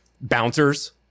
bouncers